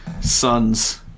Sons